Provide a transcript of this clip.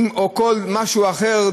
או כל משהו אחר,